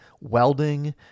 welding